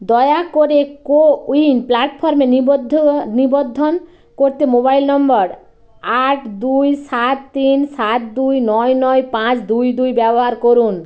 দয়া করে কোউইন প্ল্যাটফর্মে নিবদ্ধ নিবদ্ধন করতে মোবাইল নম্বর আট দুই সাত তিন সাত দুই নয় নয় পাঁচ দুই দুই ব্যবহার করুন